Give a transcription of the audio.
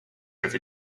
with